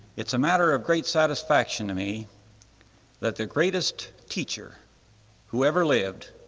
it's a matter of great satisfaction to me that the greatest teacher who ever lived,